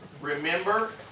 remember